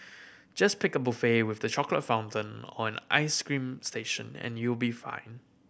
just pick a buffet with the chocolate fountain or an ice cream station and you'll be fine